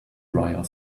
dryer